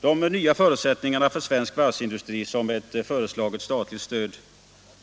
De nya förutsättningar för svensk varvsindustri som föreslaget statligt